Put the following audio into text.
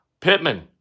Pittman